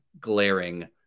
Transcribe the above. glaring